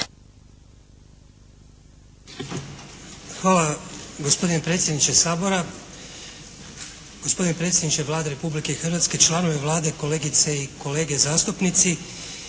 Hvala gospodine predsjedniče Sabora, gospodine predsjedniče Vlade Republike Hrvatske, članovi Vlade, kolegice i kolege zastupnici.